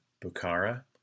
Bukhara